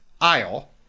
aisle